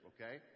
Okay